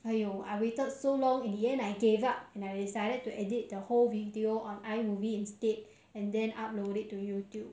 !aiyo! I waited so long in the end I gave up and I decided to edit the whole video on imovie instead and then upload it to YouTube